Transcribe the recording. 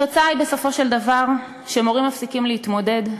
התוצאה בסופו של דבר היא שמורים מפסיקים להתמודד,